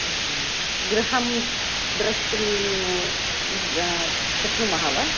गृहं द्रष्टुं शक्नुमः वा